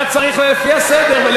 אתה צריך לפי הסדר.